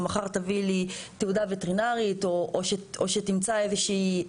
מחר תביא לי תעודה וטרינרית או שתמצא איזושהי